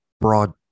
broad